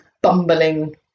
bumbling